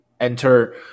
enter